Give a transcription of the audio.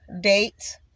date